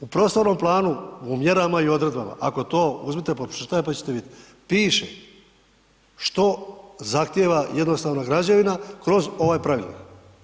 U prostornom planu, u mjerama i odredbama ako to, uzmite, pa pročitajte, pa ćete vidit, piše što zahtjeva jednostavna građevina kroz ovaj pravilnik?